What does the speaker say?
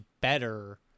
better